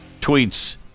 tweets